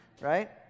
right